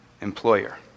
employer